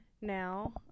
now